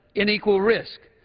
in equal risk.